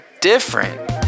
different